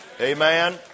Amen